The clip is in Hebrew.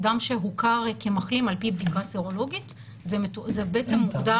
אדם שהוכר כמחלים על פי בדיקה סרולוגית זה בעצם מוגדר